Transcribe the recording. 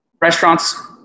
restaurants